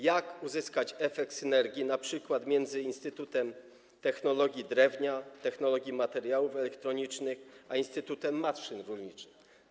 Jak można uzyskać efekt synergii np. między Instytutem Technologii Drewna, Instytutem Technologii Materiałów Elektronicznych a Instytutem Maszyn Górniczych?